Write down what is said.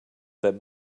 that